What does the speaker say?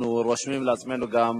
אני רוצה לציין עוד דבר אחד.